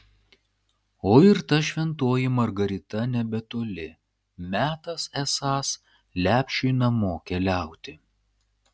o ir ta šventoji margarita nebetoli metas esąs lepšiui namo keliauti